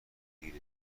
دیر